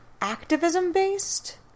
activism-based